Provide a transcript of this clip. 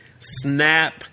snap